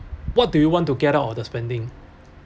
what do you want to get out of the spending